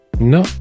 No